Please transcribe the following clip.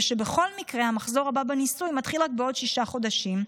ושבכל מקרה המחזור הבא בניסוי מתחיל רק בעוד שישה חודשים,